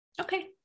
okay